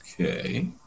Okay